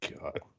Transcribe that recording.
God